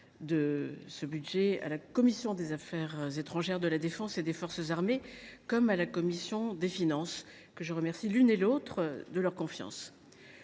de ce budget en commission des affaires étrangères, de la défense et des forces armées, ainsi qu’en commission des finances – je remercie l’une et l’autre de leur confiance